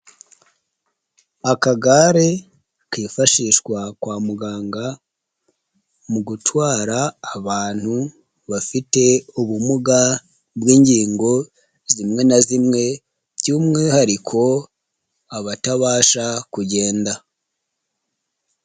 Akagare kifashishwa kwa muganga mu gutwara abantu bafite ubumuga bw'ingingo zimwe na zimwe by'umwihariko abatabasha kugenda.